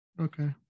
Okay